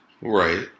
Right